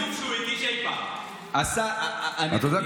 אתה יודע,